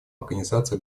организации